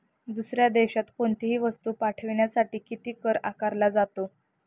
दुसऱ्या देशात कोणीतही वस्तू पाठविण्यासाठी किती कर आकारला जातो?